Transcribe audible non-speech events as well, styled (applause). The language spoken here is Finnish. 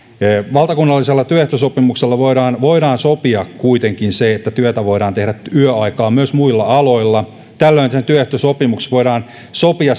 valtakunnallisella työehtosopimuksella voidaan voidaan sopia kuitenkin se että työtä voidaan tehdä yöaikaan myös muilla aloilla tällöin työehtosopimuksessa voidaan sopia (unintelligible)